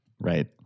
Right